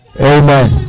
amen